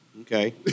Okay